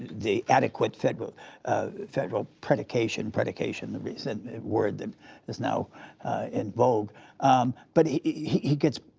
the adequate federal federal predication predication the recent word that is now in vogue but he gets